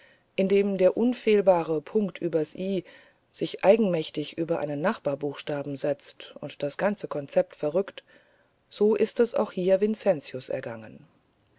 indem der unfehlbare punkt übers i sich eigenmächtig über einen nachbarbuchstaben setzt und das ganze konzept verrückt so ist es auch hier vincentius ergangen